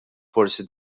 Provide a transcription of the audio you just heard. forsi